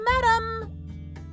madam